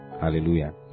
Hallelujah